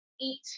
eat